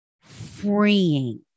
freeing